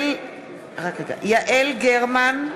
(קוראת בשמות חברי הכנסת) יעל גרמן,